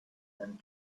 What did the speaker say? and